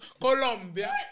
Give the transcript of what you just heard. Colombia